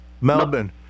Melbourne